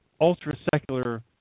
ultra-secular